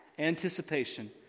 Anticipation